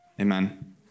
Amen